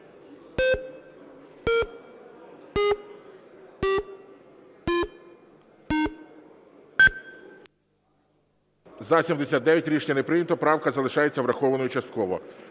За-79 Рішення не прийнято. Правка залишається врахованою частково.